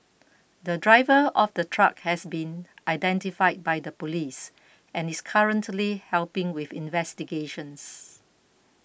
the driver of the truck has been identified by the police and is currently helping with investigations